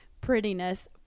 prettiness